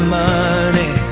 money